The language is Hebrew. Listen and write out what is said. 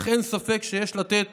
אך אין ספק שיש לתת